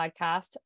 podcast